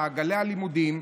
מעגלי הלימודים.